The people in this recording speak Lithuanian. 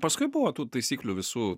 paskui buvo tų taisyklių visų